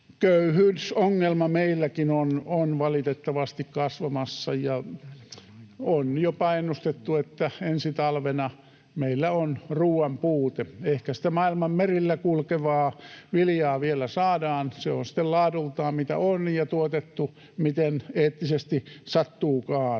köyhyysongelma meilläkin on valitettavasti kasvamassa, ja on jopa ennustettu, että ensi talvena meillä on ruoan puute. Ehkä sitä maailman merillä kulkevaa viljaa vielä saadaan. Se on sitten laadultaan, mitä on, ja tuotettu, miten eettisesti sattuukaan,